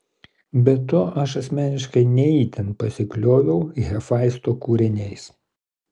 be to aš asmeniškai ne itin pasiklioviau hefaisto kūriniais